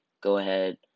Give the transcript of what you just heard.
go-ahead